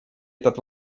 этот